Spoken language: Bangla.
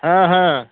হ্যাঁ হ্যাঁ